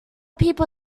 people